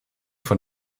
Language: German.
von